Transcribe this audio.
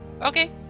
Okay